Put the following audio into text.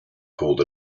called